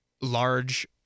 large